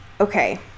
okay